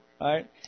right